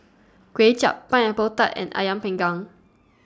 Kway Chap Pineapple Tart and Ayam Panggang